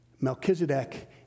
Melchizedek